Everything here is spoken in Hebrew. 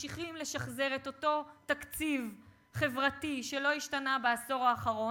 ממשיכים לשחזר את אותו תקציב חברתי שלא השתנה בעשור האחרון.